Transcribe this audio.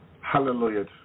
Hallelujah